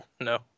No